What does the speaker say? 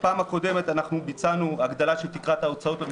בפעם שעברה אנחנו ביצענו תיקון לפני המערכת השלישית,